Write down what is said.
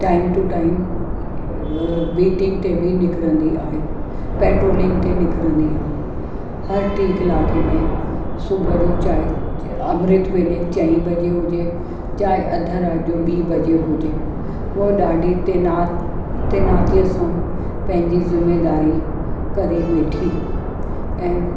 time to time अ beating ते बि निकिरंदी आहे पैट्रोलिंग ते निकिरंदी आहे हर टी कलाके में सुबुहु जो चांहि अमृतवेले चई वजे हुजे चाहे अधि राति जो ॿी वजे हुजे हूअ ॾाढी तैनात तैनातीअ सां पंहिंजी जिम्मेदारी करे वेठी ऐं